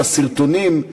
בסרטונים,